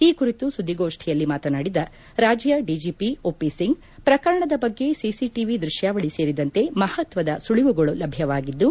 ಈ ಕುರಿತು ಸುಧಿಗೋಷ್ಟಿಯಲ್ಲಿ ಮಾತನಾಡಿದ ರಾಜ್ಯ ಡಿಜಿಪಿ ಒಪಿಸಿಂಗ್ ಪ್ರಕರಣದ ಬಗ್ಗೆ ಸಿಸಿಟಿವಿ ದ್ವಶ್ವಾವಳಿ ಸೇರಿದಂತೆ ಮಪತ್ತದ ಸುಳವುಗಳು ಲಭ್ಯವಾಗಿದ್ದು